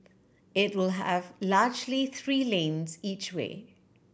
it will have largely three lanes each way